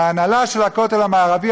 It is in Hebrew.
ההנהלה של הכותל המערבי,